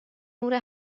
نور